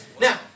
Now